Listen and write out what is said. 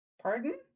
Pardon